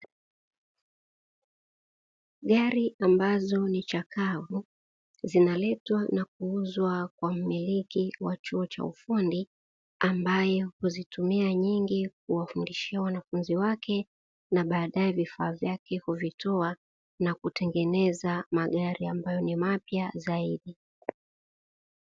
Gari ambazo ni chakavu zinaletwa na kuuzwa kwa mmiliki wa chuo cha ufundi, ambaye huzitumia nyingi kuwafundishia wanafunzi wake na badae vifaa vyake huvitoa na kutengeneza magari ambayo ni mapya zaidi.